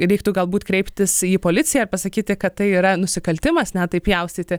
reiktų galbūt kreiptis į policiją ir pasakyti kad tai yra nusikaltimas ne taip pjaustyti